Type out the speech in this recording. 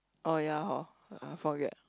oh ya horn I forget